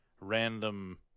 random